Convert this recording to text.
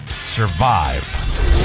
survive